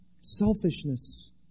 selfishness